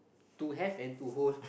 to have and to hold